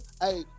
hey